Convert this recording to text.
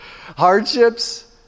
Hardships